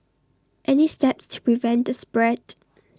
any steps to prevent the spread